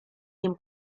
nim